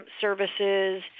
services